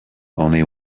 only